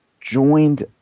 joined